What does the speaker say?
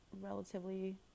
relatively